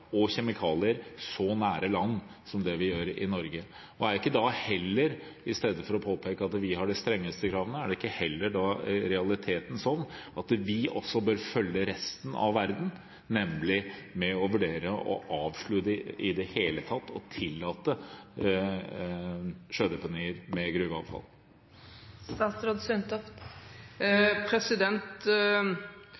og kjemikalier så nær land som det vi gjør i Norge. I stedet for å påpeke at vi har de strengeste kravene, er det ikke heller i realiteten sånn at vi bør følge resten av verden, og vurdere å avslutte i det hele tatt det å tillate sjødeponier med gruveavfall?